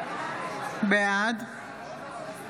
בעד